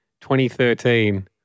2013